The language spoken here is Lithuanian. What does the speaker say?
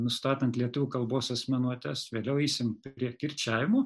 nustatant lietuvių kalbos asmenuotes vėliau eisime prie kirčiavimo